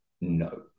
no